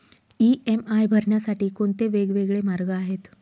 EMI भरण्यासाठी कोणते वेगवेगळे मार्ग आहेत?